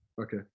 Okay